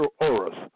auras